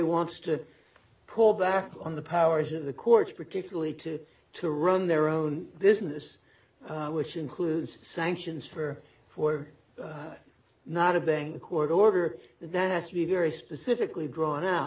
wants to pull back on the powers of the courts particularly to to run their own business which includes sanctions for ford not a bank the court order then has to be very specifically drawn out